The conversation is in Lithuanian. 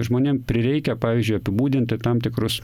žmonėm prireikia pavyzdžiui apibūdinti tam tikrus